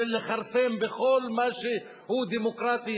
של לכרסם בכל מה שהוא דמוקרטי,